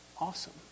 awesome